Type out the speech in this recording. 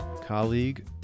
colleague